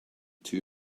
two